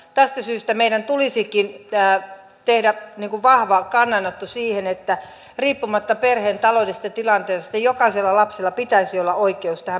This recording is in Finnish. tästä syystä meidän tulisikin tehdä vahva kannanotto siihen että riippumatta perheen taloudellisesta tilanteesta jokaisella lapsella pitäisi olla oikeus tähän päivätoimintaan